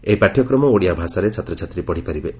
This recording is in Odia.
ଏହି ପାଠ୍ୟକ୍ରମ ଓଡ଼ିଆ ଭାଷାରେ ଛାତ୍ରଛାତ୍ରୀ ପଢ଼ିପାରିବେ